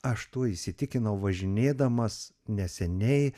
aš tuo įsitikinau važinėdamas neseniai